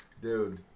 Dude